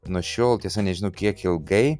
nuo šiol tiesa nežinau kiek ilgai